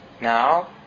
now